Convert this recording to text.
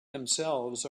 themselves